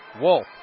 Wolf